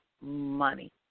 money